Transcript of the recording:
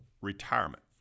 retirement